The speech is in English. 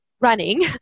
running